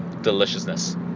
Deliciousness